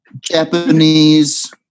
Japanese